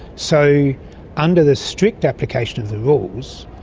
so under the strict application of the rules,